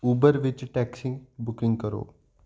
Uber ਵਿੱਚ taxi booking ਕਰੋ